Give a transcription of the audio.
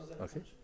Okay